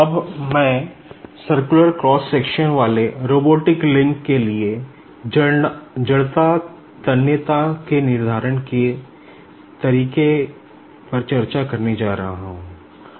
अब मैं circular cross section के निर्धारण करने के तरीके पर चर्चा करने जा रहा हूं